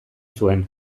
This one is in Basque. zuen